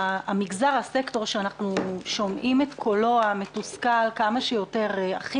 המגזר שאנחנו שומעים את קולו המתוסכל הכי